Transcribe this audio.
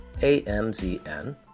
AMZN